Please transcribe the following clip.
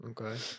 Okay